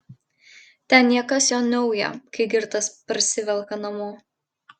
ten niekas jo neuja kai girtas parsivelka namo